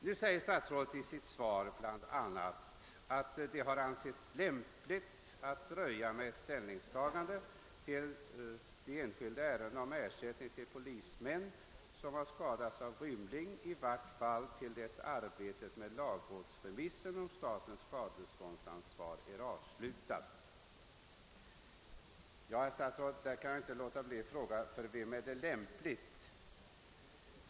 Nu säger statsrådet i sitt svar: »Det har ansetts lämpligt att dröja med ett ställningstagande till de enskilda ärendena om ersättning till polismän som har skadats av rymling i vart fall till dess arbetet med lagrådsremissen om statens skadeståndsansvar är avslutat.» Jag kan, herr statsråd inte låta bli att fråga: För vem är det lämpligt?